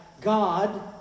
God